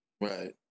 Right